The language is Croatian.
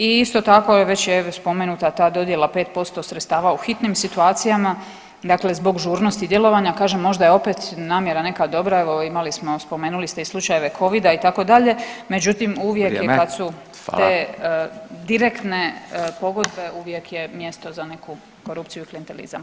I isto tako već je spomenuta ta dodjela 5% sredstava u hitnim situacijama, dakle zbog žurnosti djelovanja, kažem možda je opet namjera neka dobra, evo imali smo spomenuli ste i slučajeve Covida itd., međutim uvijek je kad su te [[Upadica: Vrijeme.]] direktne pogodbe uvijek je mjesto na neku korupciju i klijentelizam.